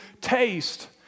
taste